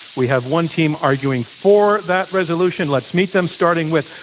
we have one team arguing for that resolution. let's meet them, starting with,